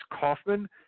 Kaufman